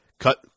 Cut